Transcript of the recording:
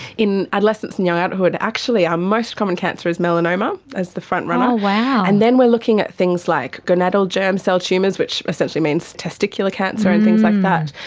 in adolescents and young adulthood actually our most common cancer is melanoma as the frontrunner, and then we are looking at things like gonadal germ-cell tumours, which essentially means testicular cancer and things like that,